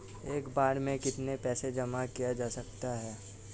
एक बार में कितना पैसा जमा किया जा सकता है?